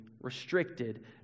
restricted